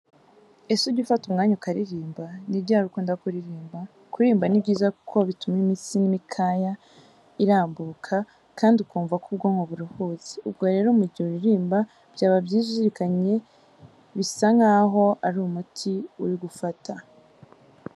Ese ujya ufata umwanya ukaririmba? Ni ryari ukunda kuririmba? Kuririmba ni byiza kuko bituma imitsi y'imikaya irambuka kandi ukumva ko ubwonko buruhutse. Ubwo rero mu gihe uririmba byaba byiza uzirikanye bisa nkaho ari umuti uri gufata.